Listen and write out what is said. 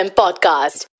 podcast